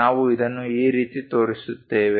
ನಾವು ಇದನ್ನು ಈ ರೀತಿ ತೋರಿಸುತ್ತೇವೆ